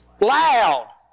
Loud